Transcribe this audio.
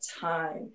time